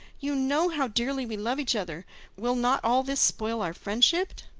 you know how dearly we love each other will not all this spoil our friendship?